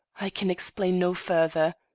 i can explain no further.